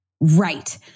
Right